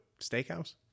steakhouse